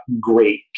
great